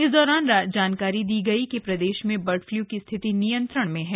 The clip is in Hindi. इस दौरान जानकारी दी गई कि प्रदेश में बर्ड फ्लू की स्थिति नियन्त्रण में है